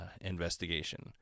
investigation